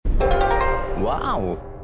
Wow